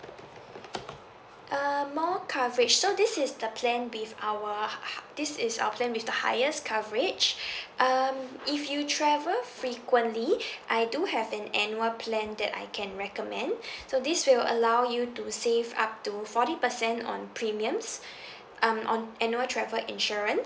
um more coverage so this is the plan with our hi high this is our plan with the highest coverage um if you travel frequently I do have an annual plan that I can recommend so this will allow you to save up to forty percent on premiums um on annual travel insurance